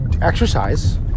exercise